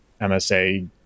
MSA